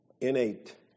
innate